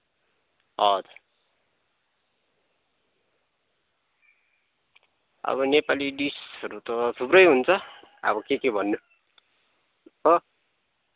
हजुर अब नेपाली डिसहरू त थुप्रै हुन्छ अब के के भन्नु हो